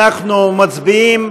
אנחנו מצביעים,